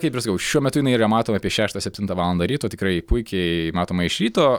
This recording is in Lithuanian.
kaip ir sakiau šiuo metu jinai yra matoma apie šeštą septintą valandą ryto tikrai puikiai matoma iš ryto